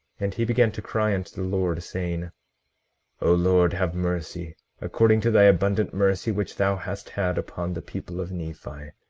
and he began to cry unto the lord, saying o lord, have mercy according to thy abundant mercy which thou hast had upon the people of nephi,